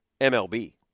MLB